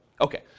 okay